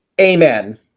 Amen